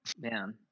man